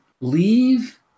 leave